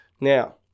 Now